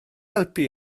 helpu